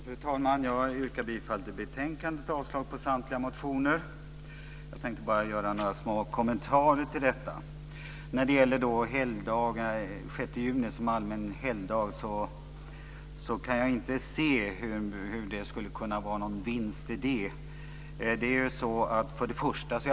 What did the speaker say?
Fru talman! Jag yrkar bifall till hemställan i betänkandet och avslag på samtliga motioner. Jag tänkte bara göra några små kommentarer till detta. Jag kan inte se hur det skulle kunna vara någon vinst i att den 6 juni skulle vara allmän helgdag.